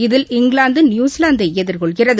இதில் இங்கிலாந்து நியுசிலாந்தைஎதிர்கொள்கிறது